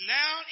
now